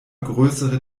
größere